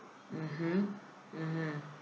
mmhmm mmhmm